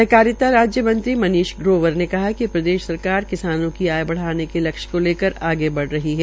सहकारिता राज्यमंत्री मनीष ग्रोवर ने कहा है कि प्रदेश सरकार किसानों की आय बढ़ाने के लक्ष्य को लेकर आगे बढ़ रही है